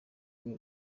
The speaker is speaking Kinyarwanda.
uwo